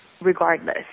regardless